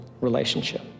relationship